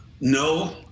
No